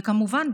וכמובן,